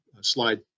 slide